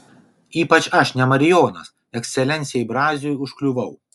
ypač aš ne marijonas ekscelencijai braziui užkliuvau